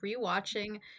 rewatching